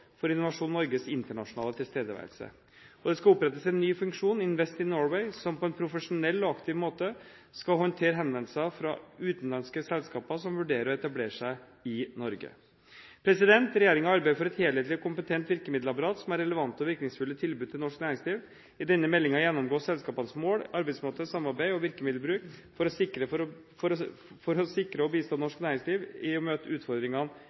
for Innovasjon Norges internasjonale tilstedeværelse. Og det skal opprettes en ny funksjon – Invest in Norway – som på en profesjonell og aktiv måte skal håndtere henvendelser fra utenlandske selskaper som vurderer å etablere seg i Norge. Regjeringen arbeider for et helhetlig og kompetent virkemiddelapparat som har relevante og virkningsfulle tilbud til norsk næringsliv. I denne meldingen gjennomgås selskapenes mål, arbeidsmåte, samarbeid og virkemiddelbruk for å bistå norsk næringsliv i å møte utfordringene